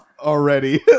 already